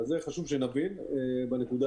חשוב שנבין את זה.